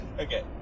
Okay